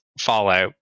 Fallout